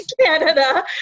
Canada